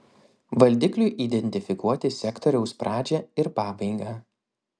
valdikliui identifikuoti sektoriaus pradžią ir pabaigą